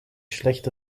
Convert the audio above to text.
schlecht